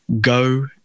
go